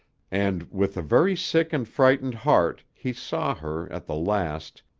and, with a very sick and frightened heart, he saw her, at the last,